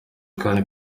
kandi